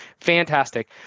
Fantastic